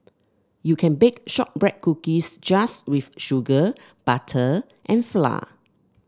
you can bake shortbread cookies just with sugar butter and flour